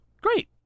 great